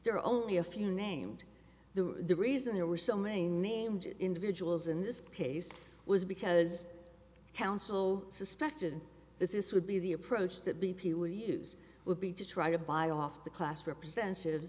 there are only a few named the the reason there were so many named individuals in this case was because council suspected that this would be the approach that b p would use would be to try to buy off the class represent